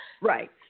Right